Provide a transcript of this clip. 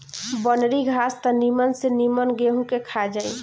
बनरी घास त निमन से निमन गेंहू के खा जाई